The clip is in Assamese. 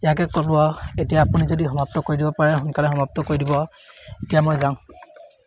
ইয়াকে ক'লোঁ আৰু এতিয়া আপুনি যদি সমাপ্ত কৰি দিব পাৰে সোনকালে সমাপ্ত কৰি দিব আৰু এতিয়া মই যাওঁ